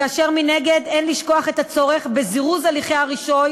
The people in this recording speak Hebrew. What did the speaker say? כאשר מנגד אין לשכוח את הצורך בזירוז הליכי הרישוי